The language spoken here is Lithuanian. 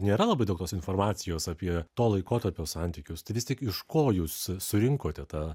nėra labai daug tos informacijos apie to laikotarpio santykius tai vis tik iš ko jūs surinkote tą